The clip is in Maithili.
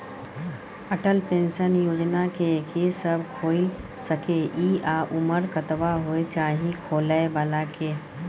अटल पेंशन योजना के के सब खोइल सके इ आ उमर कतबा होय चाही खोलै बला के?